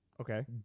Okay